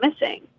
missing